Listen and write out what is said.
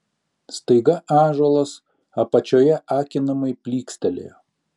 staiga ąžuolas apačioje akinamai plykstelėjo